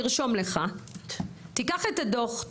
תרשום לך: קח את הדוח,